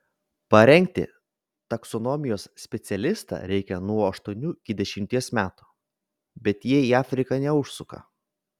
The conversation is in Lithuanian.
parengti taksonomijos specialistą reikia nuo aštuonių iki dešimties metų bet jie į afriką neužsuka